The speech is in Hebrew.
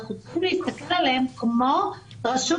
אנחנו צריכים להסתכל עליהם כמו רשות